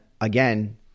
again